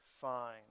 fine